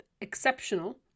exceptional